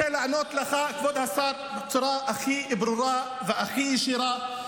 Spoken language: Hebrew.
אני רוצה לענות לך בצורה הכי ברורה והכי ישירה.